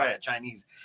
Chinese